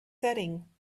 setting